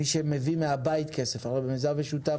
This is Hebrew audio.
מי שמביא מהבית כסף, הרי במיזם משותף